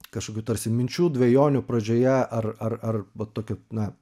kažkokių tarsi minčių dvejonių pradžioje ar ar ar tokių na